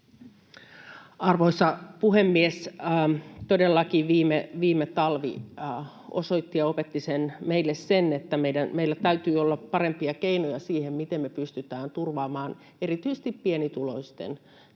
Arvoisa puhemies! Todellakin viime talvi osoitti ja opetti meille sen, että meillä täytyy olla parempia keinoja siihen, miten me pystytään turvaamaan erityisesti pienituloisten tilanne